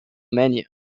menu